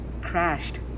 crashed